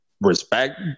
respect